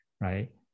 right